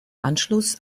anschluss